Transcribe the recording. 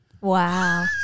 Wow